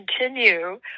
continue